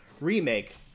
remake